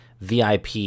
VIP